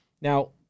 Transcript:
Now